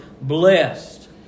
blessed